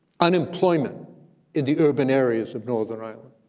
unemployment in the urban areas of northern ireland,